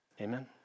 Amen